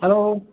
hello